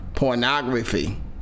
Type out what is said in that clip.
pornography